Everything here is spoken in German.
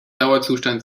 dauerzustand